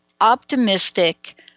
optimistic